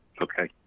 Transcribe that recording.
Okay